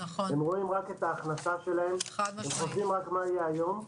הם רואים רק את ההכנסה שלהם וחושבים רק על היום.